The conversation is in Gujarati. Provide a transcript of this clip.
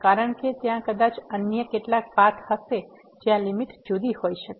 કારણ કે ત્યાં કદાચ અન્ય કેટલાક પાથ હશે જ્યાં લીમીટ જુદી હોઈ શકે